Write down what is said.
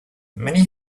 many